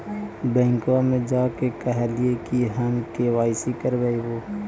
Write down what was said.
बैंकवा मे जा के कहलिऐ कि हम के.वाई.सी करईवो?